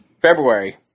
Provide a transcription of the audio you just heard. February